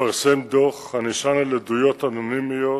לפרסם דוח הנשען על עדויות אנונימיות